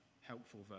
helpful